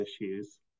issues